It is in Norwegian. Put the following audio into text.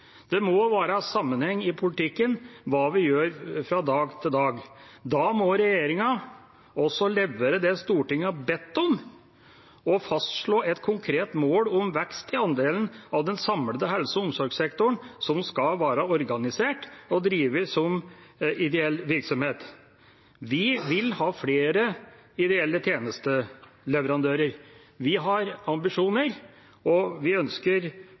Det må være sammenheng i politikken, i hva vi gjør fra dag til dag. Da må regjeringen også levere det Stortinget har bedt om, og fastslå et konkret mål om vekst i andelen av den samlede helse- og omsorgssektoren som skal være organisert og drevet som ideell virksomhet. Vi vil ha flere ideelle tjenesteleverandører. Vi har ambisjoner, og vi ønsker